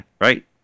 right